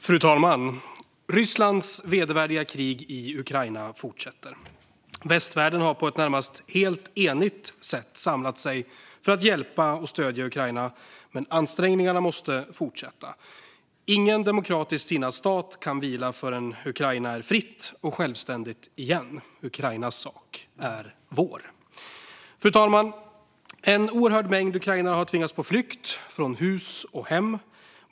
Fru talman! Rysslands vedervärdiga krig i Ukraina fortsätter. Västvärlden har på ett närmast helt enigt sätt samlat sig för att hjälpa och stödja Ukraina, men ansträngningarna måste fortsätta. Ingen demokratiskt sinnad stat kan vila förrän Ukraina är fritt och självständigt igen. Ukrainas sak är vår. Fru talman! En oerhörd mängd ukrainare har tvingats på flykt från hus och hem.